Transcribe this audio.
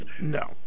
No